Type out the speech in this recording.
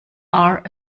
are